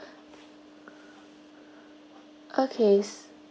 okay